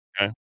Okay